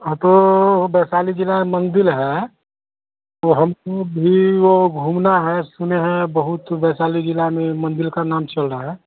हाँ तो वैशाली ज़िला मंदिर है तो हमको भी वह घूमना है सुने हैं बहुत वैशाली ज़िले में मंदिर का नाम चल रहा है